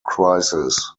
crisis